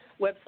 website